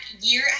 year